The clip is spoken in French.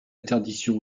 interdiction